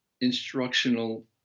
instructional